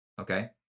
Okay